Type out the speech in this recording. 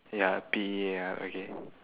ya P E A R okay